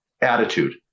attitude